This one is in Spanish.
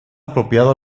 apropiado